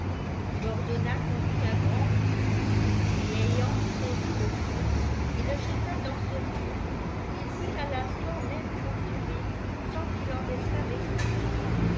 il ordonna qu'on fit un grand feu et ayant saisi le pot il le jeta dans ce feu où il fut à l'instant même consumé sans qu'il en restât vestige